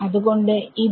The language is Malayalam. അത്കൊണ്ട് ഇത്